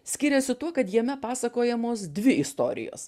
skiriasi tuo kad jame pasakojamos dvi istorijos